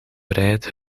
vrijheid